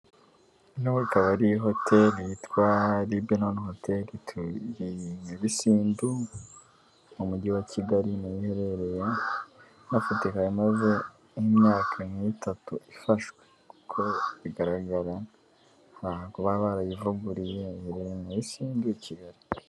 Nubwo hari hotel yitwa libena hoteli tubisindu mu mujyi wa Kigali niho iherereye nafatika ya imaze nk'imyaka nk'itatu ifashwe, kuko bigaragara kuba barayivuguruye ngo nyasimbu i Kigali.